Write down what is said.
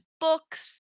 books